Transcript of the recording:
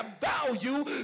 value